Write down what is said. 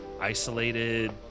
isolated